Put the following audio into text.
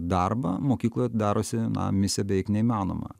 darbą mokykloje darosi na misija beveik neįmanoma